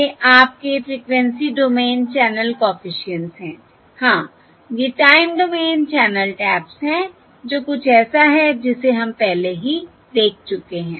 ये आपके frequency domain channel coefficients हैं हाँ ये टाइम डोमेन चैनल टैप्स हैं जो कुछ ऐसा है जिसे हम पहले ही देख चुके हैं